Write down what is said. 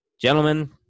Gentlemen